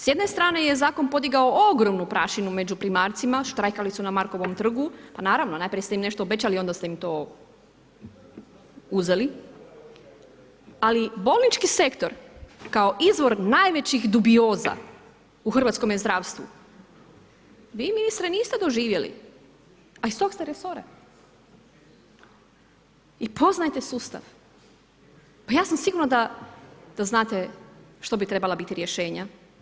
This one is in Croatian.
S jedne strane je zakon podigao ogromnu prašinu među primarcima, štrajkali su na Markovom trgu pa naravno, najprije ste im nešto obećali, onda ste im to uzeli, ali bolnički sektor kao izvor najvećih dubioza u hrvatskome zdravstvu, vi ministre niste doživjeli, a iz tog ste resora i poznajete sustav pa ja sam sigurna da znate što bi trebala biti rješenja.